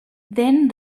then